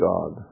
God